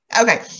okay